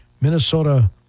Minnesota